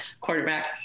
quarterback